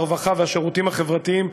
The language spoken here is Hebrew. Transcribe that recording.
הרווחה והשירותים החברתיים,